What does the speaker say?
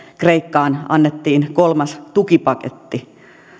kreikkaan annettiin kolmas tukipaketti